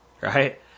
Right